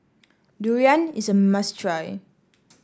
durian is a must try